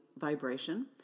vibration